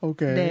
Okay